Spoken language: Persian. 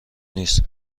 نیست